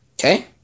Okay